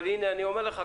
אבל הנה אני אומר לך,